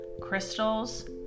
crystals